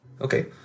Okay